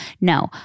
No